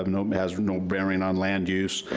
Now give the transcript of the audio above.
and um has no bearing on land use,